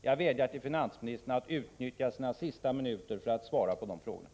Jag vädjar till finansministern att utnyttja sina sista minuter till att svara på frågorna.